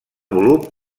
volum